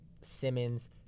simmons